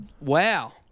Wow